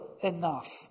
enough